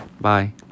bye